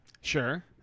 Sure